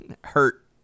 hurt